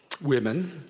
Women